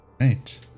Right